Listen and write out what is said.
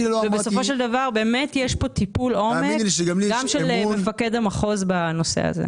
יש טיפול עומק של מפקד המחוז בנושא הזה.